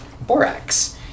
borax